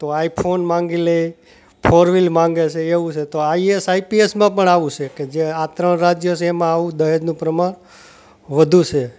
તો આઈફોન માંગી લે ફોર વ્હીલ માંગે છે એવું છે તો આઈએસ આઈપીએસમાં પણ આવું છે કે જે આ ત્રણ રાજ્ય છે એમાં આવું દહેજનું પ્રમાણ વધુ છે